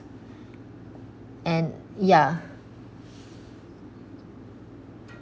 and ya